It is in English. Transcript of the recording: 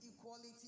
equality